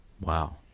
Wow